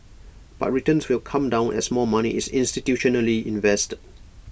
but returns will come down as more money is institutionally invested